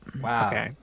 Wow